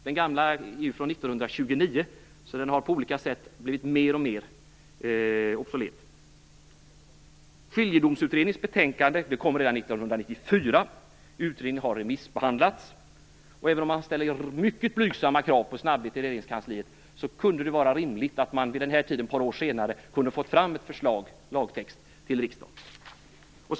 Den gamla är från 1929, så den har på olika sätt blivit mer och mer obsolet. 1994. Utredningen har remissbehandlats. Även om man ställer mycket blygsamma krav på snabbhet i Regeringskansliet hade det varit rimligt att riksdagen vid denna tid - ett par år senare - hade fått ett förslag till lagtext.